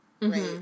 Right